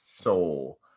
soul